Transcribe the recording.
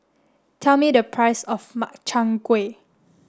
tell me the price of Makchang Gui